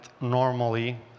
normally